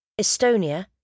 Estonia